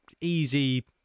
easy